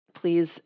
Please